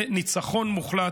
וניצחון מוחלט.